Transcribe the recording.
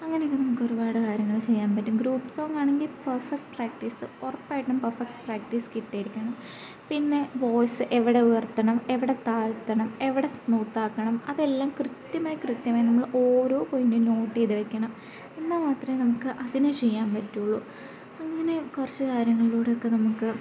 അങ്ങനിങ്ങനെ നമുക്കൊരുപാട് കാര്യങ്ങൾ ചെയ്യാൻ പറ്റും ഗ്രൂപ്പ് സോങ്ങാണെങ്കിൽ പെർഫെക്റ്റ് പ്രാക്റ്റീസ് ഉറപ്പായിട്ടും പെർഫെക്റ്റ് പ്രാക്റ്റീസ് കിട്ടിയിരിക്കണം പിന്നെ വോയിസ് എവിടെ ഉയർത്തണം എവിടെ താഴ്ത്തണം എവിടെ സ്മൂത്താക്കണം അതെല്ലാം കൃത്യമായി കൃത്യമായി നമ്മൾ ഓരോ പോയിൻ്റും നോട്ട് ചെയ്ത് വയ്ക്കണം എന്നാൽ മാത്രമേ നമുക്ക് അതിനെ ചെയ്യാൻ പറ്റുള്ളൂ അങ്ങനെ കുറച്ച് കാര്യങ്ങളിലൂടെയൊക്കെ നമ്മൾക്ക്